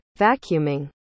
vacuuming